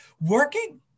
working